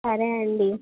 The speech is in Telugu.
సరే అండి